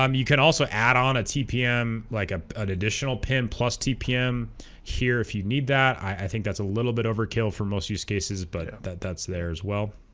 um you can also add on a tpm like ah an additional pin plus tpm here if you need that i think that's a little bit overkill for most use cases but that's there as well